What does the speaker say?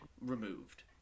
removed